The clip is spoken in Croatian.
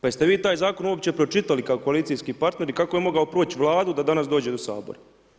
Pa jeste li vi taj zakon uopće pročitali kao koalicijski partner i kako je mogao proći Vladu da danas dođe do Sabora?